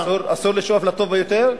אסור לשאוף לטוב ביותר?